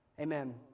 Amen